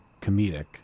comedic